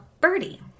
Birdie